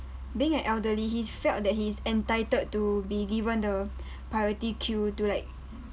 being an elderly he felt that he's entitled to be given the priority queue to like